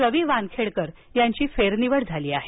रवी वानखेडकर यांची फेरनिवड झाली आहे